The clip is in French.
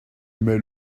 mais